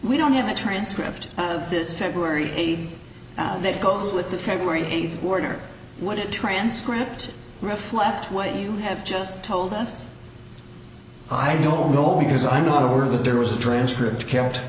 we don't have a transcript of this february eighth out that goes with the february eighth order what it transcript reflects what you have just told us i don't know because i'm not aware that there was a transcript